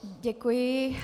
Děkuji.